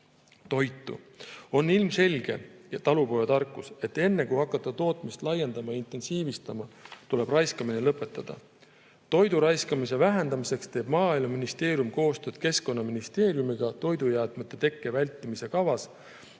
toitu. On ilmselge talupojatarkus, et enne, kui hakata tootmist laiendama ja intensiivistama, tuleb raiskamine lõpetada. Toidu raiskamise vähendamiseks teeb Maaeluministeerium koostööd Keskkonnaministeeriumiga toidujäätmete tekke vältimise kava